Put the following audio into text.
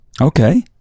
okay